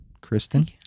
Kristen